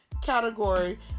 category